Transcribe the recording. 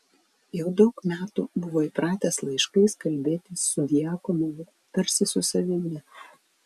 jau daug metų buvo įpratęs laiškais kalbėtis su djakonovu tarsi su savimi